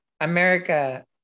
America